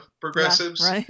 progressives